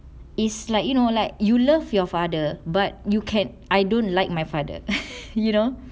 is like you know like you love your father but you can I don't like my father you know